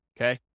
okay